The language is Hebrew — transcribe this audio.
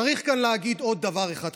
צריך כאן להגיד עוד דבר אחד חשוב,